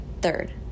Third